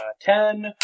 Ten